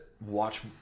watch